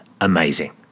Amazing